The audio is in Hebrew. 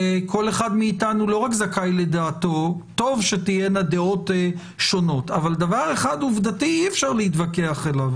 טוב שתהיינה דעות שונות אבל אי-אפשר להתווכח על כך